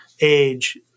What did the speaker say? age